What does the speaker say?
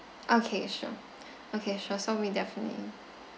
okay sure okay sure so we'll definitely